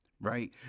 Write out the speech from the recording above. right